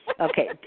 Okay